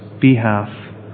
behalf